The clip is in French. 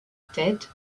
tête